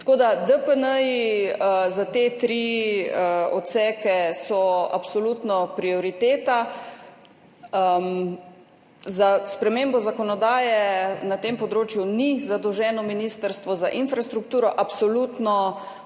Tako, da so DPN-ji za te tri odseke absolutno prioriteta. Za spremembo zakonodaje na tem področju ni zadolženo Ministrstvo za infrastrukturo. Absolutno,